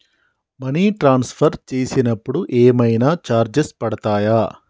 Money transfer చేసినప్పుడు ఏమైనా charges పడతయా?